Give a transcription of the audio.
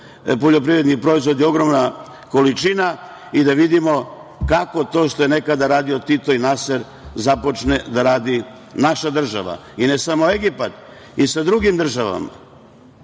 poljoprivredni proizvodi, ogromna količina i da vidimo kako to što je nekada radio Tito i Naser započne da radi naša država, i ne samo Egipat, i sa drugim državama. Srbija